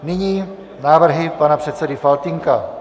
Nyní návrhy pana předsedy Faltýnka.